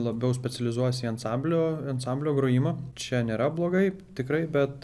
labiau specializuojasi į ansamblio ansamblio grojimą čia nėra blogai tikrai bet